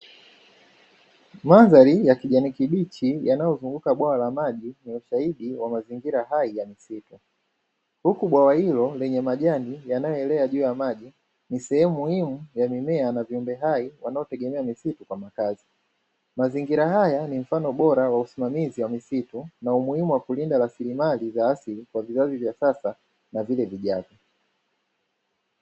Mandhari ya kijani kibichi yanayozunguka bwawa la maji ni ushahidi wa mazingira hai ya msitu. Huku bwawa hilo lenye majani yanayoelea juu ya maji, ni sehemu muhimu ya mimea na viumbe hai wanaotegema misitu kwa makazi. Mazingira haya ni mfano bora wa usimamizi wa misitu na umuhimu wa kulinda rasilimali za asili kwa vizazi vya sasa na vile vijavyo.